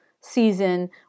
season